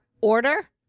order